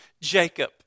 Jacob